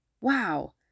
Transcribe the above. Wow